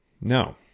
no